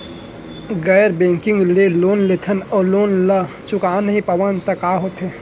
गैर बैंकिंग ले लोन लेथन अऊ लोन ल चुका नहीं पावन त का होथे?